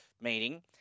meeting